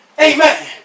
amen